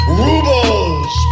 rubles